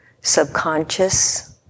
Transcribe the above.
subconscious